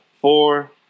four